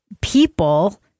people